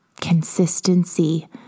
consistency